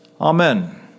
Amen